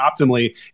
optimally